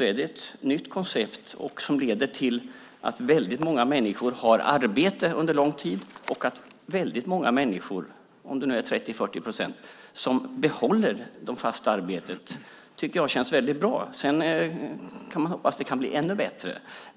är det ett nytt koncept som leder till att väldigt många människor har arbete under lång tid och att väldigt många människor - 30-40 procent - behåller arbetet. Det tycker jag känns väldigt bra. Sedan kan man hoppas att det kan bli ännu bättre.